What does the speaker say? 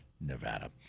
Nevada